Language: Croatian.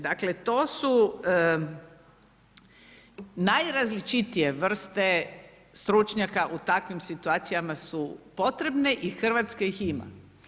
Dakle, to su najrazličitije vrste stručnjaka u takvim situacijama su potrebne i Hrvatska ih ima.